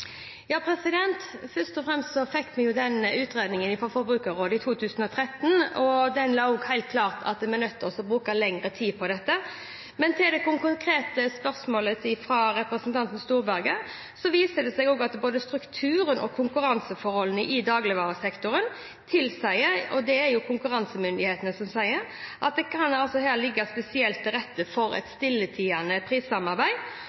Først og fremst fikk vi den utredningen fra Forbrukerrådet i 2013, og den sa helt klart at vi er nødt til å bruke lengre tid på dette. Når det gjelder det konkrete spørsmålet fra representanten Storberget, viser det seg at både strukturen og konkurranseforholdene i dagligvaresektoren tilsier – og det er det konkurransemyndighetene som sier – at det her kan ligge spesielt til rette for et stilltiende prissamarbeid,